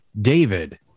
david